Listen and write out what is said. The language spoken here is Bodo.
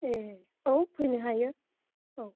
ए औ फैनो हायो औ